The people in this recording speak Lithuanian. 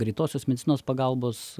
greitosios medicinos pagalbos